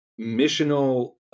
missional